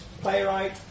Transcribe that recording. playwright